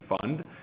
fund